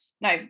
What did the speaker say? no